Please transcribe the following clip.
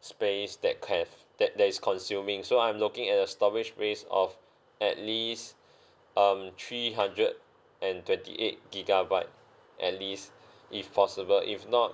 space that can have that that is consuming so I'm looking at a storage space of at least um three hundred and twenty eight gigabyte at least if possible if not